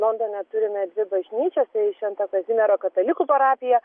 londone turime dvi bažnyčias tai švento kazimiero katalikų parapija